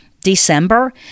December